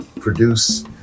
produce